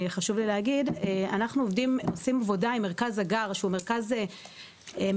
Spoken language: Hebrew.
אנחנו עובדים עם מרכז הגר שהוא מרכז מחקר